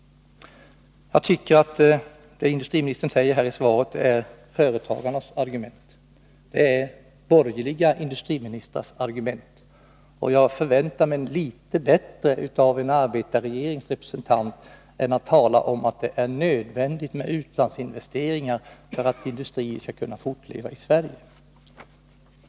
Jag tycker att industriministern i svaret framför företagarnas argument, de borgerliga industriministrarnas argument. Jag hade förväntat mig något bättre av en arbetarregerings representant än att han skulle tala om att det är nödvändigt med utlandsinvesteringar för att industrin skall kunna fortleva i Sverige.